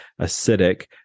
acidic